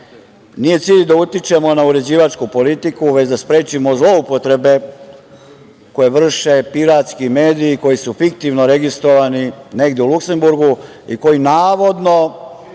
Nije cilj da utičemo na uređivačku politiku, već da sprečimo zloupotrebe koje vrše piratski mediji, koji su fiktivno registrovani negde u Luksemburgu i koji navodno